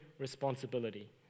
responsibility